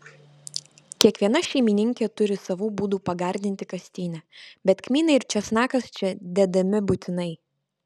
kiekviena šeimininkė turi savų būdų pagardinti kastinį bet kmynai ir česnakas čia dedami būtinai